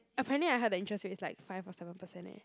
apparently I heard the interest rate is like five or seven percent eh